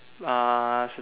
uh